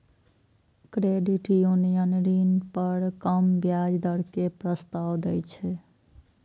credit union ऋण पर कम ब्याज दर के प्रस्ताव दै छै